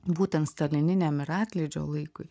būtent stalininiam ir atlydžio laikui